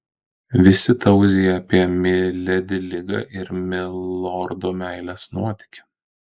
visi tauzija apie miledi ligą ir milordo meilės nuotykį